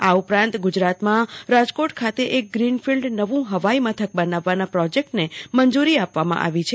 આ ઉપરાંત રાજકોટ ખાતે એક ગ્રીન ફિલ્ડ નવું હવાઈમથક બનાવવાના પ્રોજેક્ટને મંજૂરી આપવામાં આવી છે